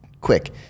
quick